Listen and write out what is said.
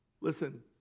Listen